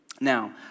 Now